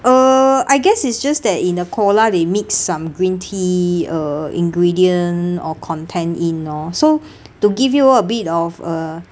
uh I guess it's just that in the Cola they mix some green tea uh ingredient or content in lor so to give you a bit of uh